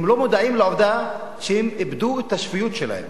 הם לא מודעים לעובדה שהם איבדו את השפיות שלהם.